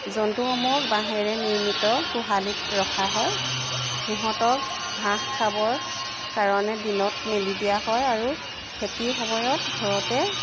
জন্তুসমূহক বাঁহেৰে নিৰ্মিত গোহালিত ৰখা হয় সিহঁতক ঘাঁহ খাবৰ কাৰণে দিনত মেলি দিয়া হয় আৰু খেতিৰ সময়ত ঘৰতে